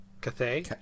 Cathay